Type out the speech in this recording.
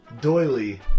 doily